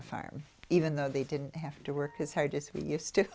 a farm even though they didn't have to work as hard as we used to